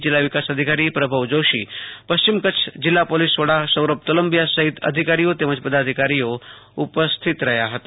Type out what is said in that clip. જિલ્લા વિકાસ અધિકારી પ્રભવ જોષી પશ્ચિમ કચ્છ જિલ્લા પોલીસ વડા સૌરભ તોલંબિયા સહિત અધિકારીઓ પદાધિકારીઓ ઉપસ્થિત રહ્યા હતા